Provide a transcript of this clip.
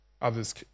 Others